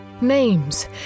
Names